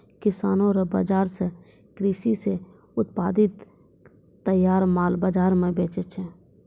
किसानो रो बाजार से कृषि से उत्पादित तैयार माल बाजार मे बेचै छै